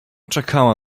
czekała